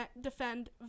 defend